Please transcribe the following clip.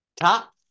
Top